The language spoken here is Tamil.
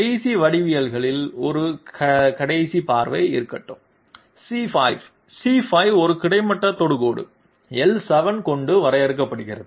கடைசி வடிவவியல்களில் ஒரு கடைசி பார்வை இருக்கட்டும் c5 c5 ஒரு கிடைமட்ட தொடுகோடு l7 கொண்ட வரையறுக்கப்படுகிறது